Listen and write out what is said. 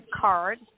card